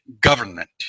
government